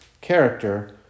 character